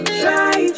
try